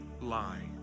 lie